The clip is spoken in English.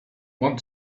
want